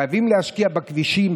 חייבים להשקיע בכבישים,